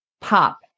pop